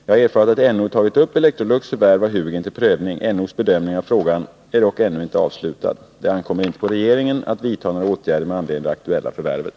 Jag har erfarit att NO tagit upp Electrolux förvärv av Hugin till prövning. NO:s bedömning av frågan är dock ännu inte avslutad. Det ankommer inte på regeringen att vidta några åtgärder med anledning av det aktuella förvärvet.